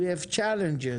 יש לנו הרבה אתגרים.